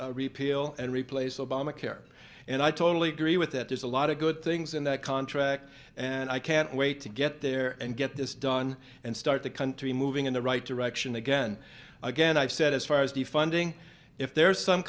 or repeal and replace obamacare and i totally agree with that there's a lot of good things in that contract and i can't wait to get there and get this done and start the country moving in the right direction again again i've said as far as defunding if there's some